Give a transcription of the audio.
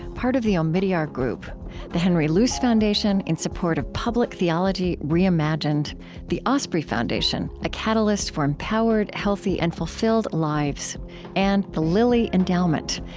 part of the omidyar group the henry luce foundation, in support of public theology reimagined the osprey foundation a catalyst for empowered, healthy, and fulfilled lives and the lilly endowment,